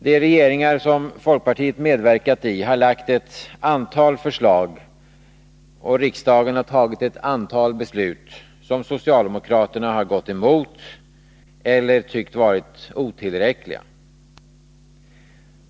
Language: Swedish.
De regeringar som folkpartiet medverkat i har framlagt ett antal förslag och riksdagen har fattat ett antal beslut som socialdemokraterna har gått emot eller tyckt vara otillräckliga.